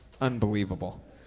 unbelievable